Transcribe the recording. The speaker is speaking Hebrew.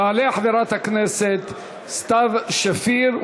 תעלה חברת הכנסת סתיו שפיר,